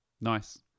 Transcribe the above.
Nice